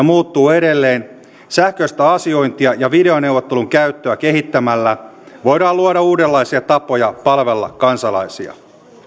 muuttuu edelleen sähköistä asiointia ja videoneuvottelun käyttöä kehittämällä voidaan luoda uudenlaisia tapoja palvella kansalaisia